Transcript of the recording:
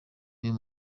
uyu